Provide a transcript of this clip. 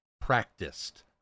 practiced